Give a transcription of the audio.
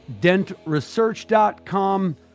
dentresearch.com